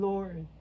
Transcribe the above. Lord